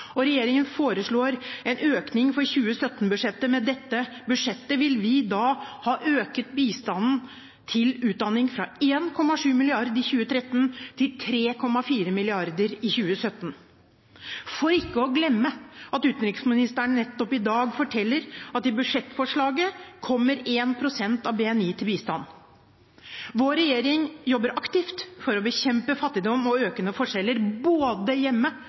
opp. Regjeringen foreslår en økning for 2017, og med dette budsjettet vil vi da ha økt bistanden til utdanning fra 1,7 mrd. kr i 2013 til 3,4 mrd. kr i 2017 – for ikke å glemme at utenriksministeren nettopp i dag forteller at i budsjettforslaget kommer 1 pst. av BNI til bistand. Vår regjering jobber aktivt for å bekjempe fattigdom og økende forskjeller – både hjemme